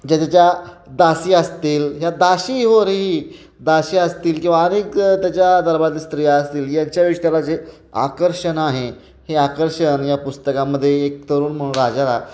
त्याच्या ज्या दासी असतील ह्या दासी होशी असतील किंवा अनेक त्याच्या दरबारातली स्त्रिया असतील यांच्या विषयाला त्याला जे आकर्षण आहे हे आकर्षण या पुस्तकामध्ये एक तरुण म्हणून राजाला